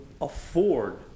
afford